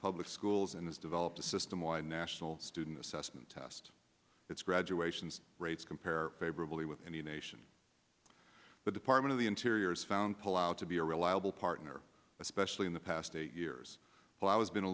public schools and has developed a system wide national student assessment test its graduation rates compare favorably with any nation the department of the interior's found pull out to be a reliable partner especially in the past eight years while i was been a